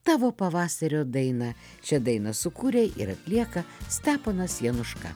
tavo pavasario daina šią dainą sukūrė ir atlieka steponas januška